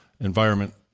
environment